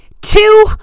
two